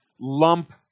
lump